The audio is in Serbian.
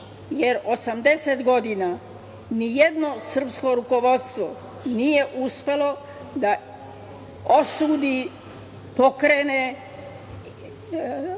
jer 80 godina nijedno srpsko rukovodstvo nije uspelo da osudi, pokrene